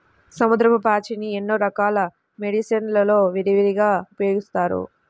సముద్రపు పాచిని ఎన్నో రకాల మెడిసిన్ లలో విరివిగా ఉపయోగిస్తారు